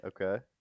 Okay